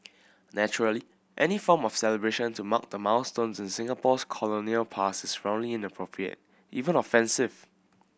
naturally any form of celebration to mark the milestones in Singapore's colonial past is roundly inappropriate even offensive